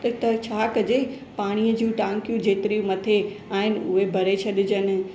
त त छा कजे पाणीअ जूं टांकियूं जेतिरी मथे आहिनि उहे भरे छॾिजनि